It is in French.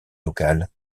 locale